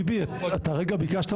אפרת רייטן?